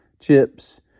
chips